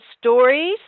stories